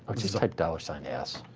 just type dollar sign s.